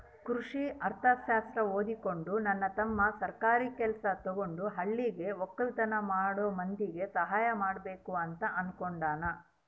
ಕೃಷಿ ಅರ್ಥಶಾಸ್ತ್ರ ಓದಿಕೊಂಡು ನನ್ನ ತಮ್ಮ ಸರ್ಕಾರಿ ಕೆಲ್ಸ ತಗಂಡು ಹಳ್ಳಿಗ ವಕ್ಕಲತನ ಮಾಡೋ ಮಂದಿಗೆ ಸಹಾಯ ಮಾಡಬಕು ಅಂತ ಅನ್ನುಕೊಂಡನ